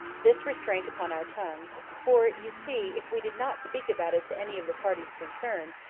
this restraint upon our tongues for you see if we did not speak about it to any of the parties concerned,